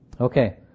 Okay